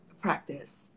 practice